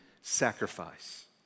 sacrifice